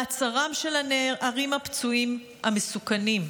מעצרם של הנערים הפצועים, המסוכנים,